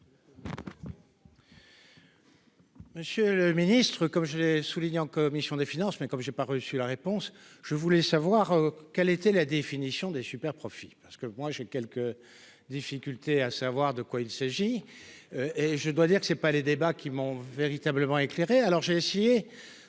Monsieur le Ministre, comme j'ai souligné en commission des finances, mais comme j'ai pas reçu la réponse, je voulais savoir quelle était la définition des super profits parce que moi j'ai quelques difficultés à savoir de quoi il s'agit, et je dois dire que c'est pas les débats qui m'ont véritablement éclairé, alors j'ai essayé